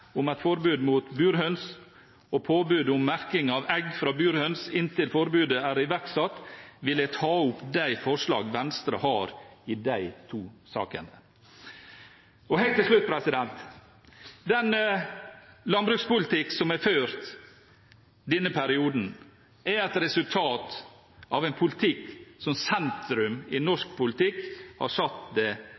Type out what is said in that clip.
om et forbud mot burhøns og påbud om merking av egg fra burhøns inntil forbudet er iverksatt, vil jeg ta opp de forslagene Venstre har i de to sakene. Og helt til slutt: Den landbrukspolitikk som er ført i denne perioden, er et resultat av en politikk som sentrum i norsk politikk har satt